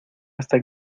hasta